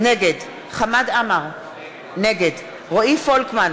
נגד חמד עמאר, נגד רועי פולקמן,